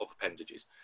appendages